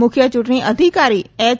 મુખ્ય ચૂંટણી અધિકારી એચ